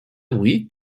avui